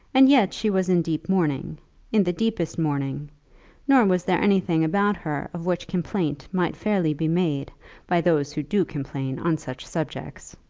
and yet she was in deep mourning in the deepest mourning nor was there anything about her of which complaint might fairly be made by those who do complain on such subjects.